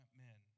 men